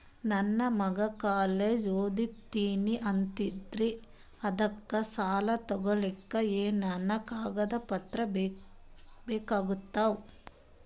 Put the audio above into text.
ನನ್ನ ಮಗ ಕಾಲೇಜ್ ಓದತಿನಿಂತಾನ್ರಿ ಅದಕ ಸಾಲಾ ತೊಗೊಲಿಕ ಎನೆನ ಕಾಗದ ಪತ್ರ ಬೇಕಾಗ್ತಾವು?